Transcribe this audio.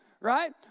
right